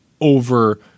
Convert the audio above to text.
over